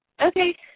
Okay